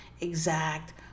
exact